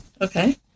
Okay